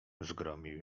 zgromił